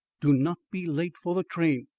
do not be late for the train.